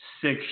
six